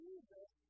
Jesus